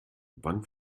wann